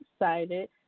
excited